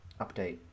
update